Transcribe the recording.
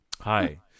hi